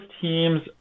teams